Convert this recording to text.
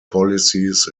policies